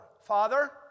Father